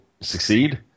succeed